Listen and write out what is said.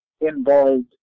involved